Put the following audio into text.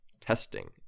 testing